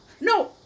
No